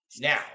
Now